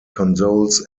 consoles